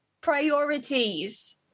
Priorities